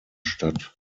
stadt